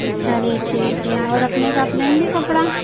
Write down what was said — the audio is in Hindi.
चलिए ठीक है और अपने क्या लेंगी कपड़ा